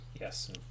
Yes